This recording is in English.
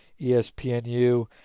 ESPNU